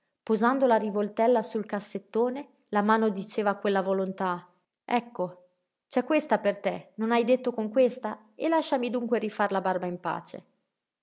posando la rivoltella sul cassettone la mano diceva a quella volontà ecco c'è questa per te non hai detto con questa e lasciami dunque rifar la barba in pace